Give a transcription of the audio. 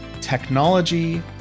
technology